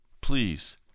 Please